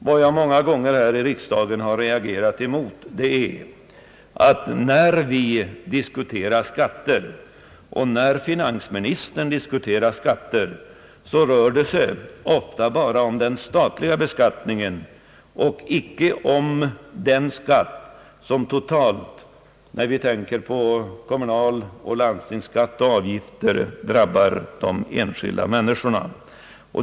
Jag har många gånger här i riksdagen reagerat mot att när vi diskuterar skatter och när finansministern diskuterar skatter rör det sig ofta bara om den statliga beskattningen och inte om den skatt som totalt — inbegripet kommunalskatt, landstingsskatt och avgifter — drabbar de enskilda människorna.